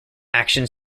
action